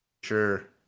Sure